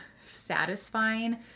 satisfying